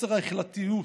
חוסר ההחלטיות,